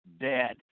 dead